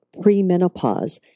premenopause